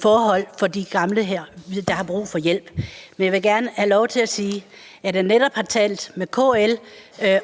forhold for de gamle, der har brug for hjælp. Men jeg vil gerne have lov til at sige, at jeg netop har talt med KL